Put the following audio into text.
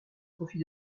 profit